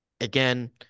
again